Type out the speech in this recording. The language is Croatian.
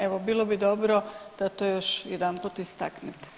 Evo bilo bi dobro da to još jedanput istaknete.